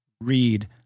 read